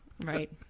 Right